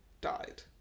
died